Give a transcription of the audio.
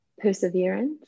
perseverance